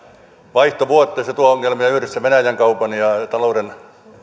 vaihtovuotta se tuo ongelmia yhdessä venäjän kaupan ja talouden